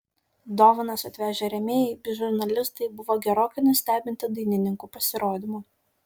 dovanas atvežę rėmėjai bei žurnalistai buvo gerokai nustebinti dainininkų pasirodymu